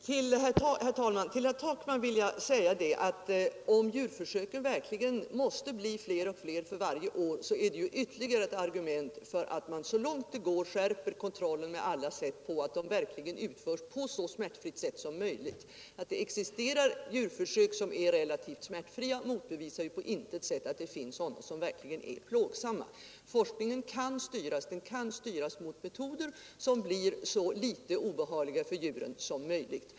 Herr talman! Om djurförsöken verkligen måste bli fler och fler varje år, herr Takman, är det ytterligare ett argument för att man så långt det går skärper kontrollen på att de verkligen utförs på ett så smärtfritt sätt som möjligt. Att det existerar djurförsök som är relativt smärtfria motbevisar ju på intet sätt att det finns sådana som verkligen är plågsamma. Forskningen kan styras mot metoder som blir så litet obehagliga för djuren som möjligt.